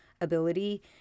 ability